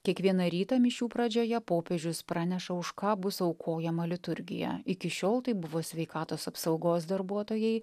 kiekvieną rytą mišių pradžioje popiežius praneša už ką bus aukojama liturgija iki šiol tai buvo sveikatos apsaugos darbuotojai